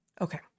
Okay